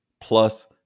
plus